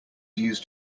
used